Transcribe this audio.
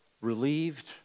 relieved